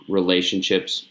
relationships